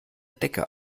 decke